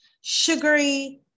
sugary